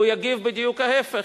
והוא יגיב בדיוק להיפך,